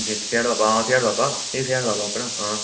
हांजी हांजी सियाीढ़ बाबा आं सिय़ाढ़ बाबा एह् सेयाड़ बाबा अपना आं